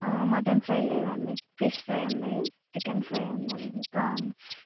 mutton fry లేదండి fish fry అండి chicken fry ఉందండి ప్రాన్స్